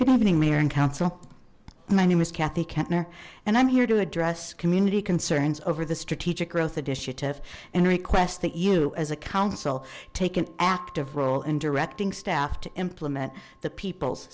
good evening mayor and council my name is kathy kentner and i'm here to address community concerns over the strategic growth initiative and request that you as a council take an active role in directing staff to implement the people's